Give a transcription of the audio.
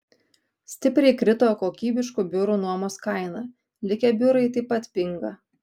stipriai krito kokybiškų biurų nuomos kaina likę biurai taip pat pinga